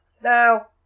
Now